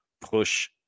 push